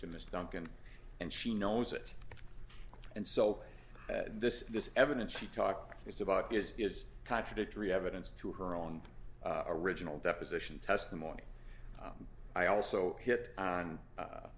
this duncan and she knows it and so this this evidence she talked about is is contradictory evidence to her own original deposition testimony i also hit on